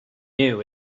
new